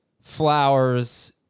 Flowers